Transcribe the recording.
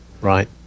Right